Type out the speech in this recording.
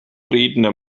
redner